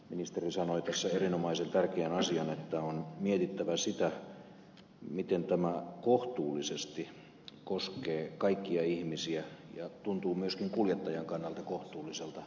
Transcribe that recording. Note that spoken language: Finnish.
ministeri sanoi tässä erinomaisen tärkeän asian että on mietittävä sitä miten tämä kohtuullisesti koskee kaikkia ihmisiä ja tuntuu myöskin kuljettajan kannalta kohtuulliselta